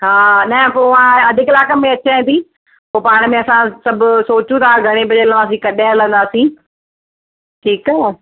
हा न पोइ अधु कलाक में अचा थी पोइ पाण में असां सभु सोचूं था घणे बजे हलंदासी कॾहिं हलंदासी ठीकु आहे